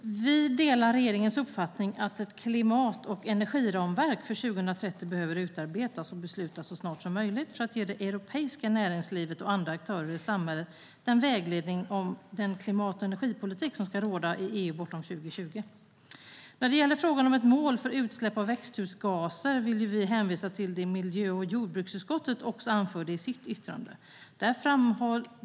Fru talman! Vi delar regeringens uppfattning att ett klimat och energiramverk för 2030 behöver utarbetas och beslutas så snart som möjligt för att ge det europeiska näringslivet och andra aktörer i samhället vägledning om den klimat och energipolitik som ska råda i EU bortom 2020. När det gäller frågan om ett mål för utsläpp av växthusgaser vill vi hänvisa till det miljö och jordbruksutskottet anförde i sitt yttrande.